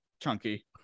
Chunky